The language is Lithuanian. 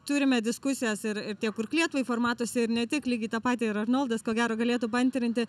turime diskusijas ir tiek kurk lietuvai formatuose ir ne tik lygiai tą patį ir arnoldas ko gero galėtų paantrinti